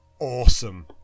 awesome